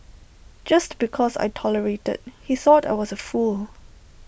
just because I tolerated he thought I was A fool